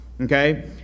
Okay